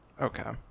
Okay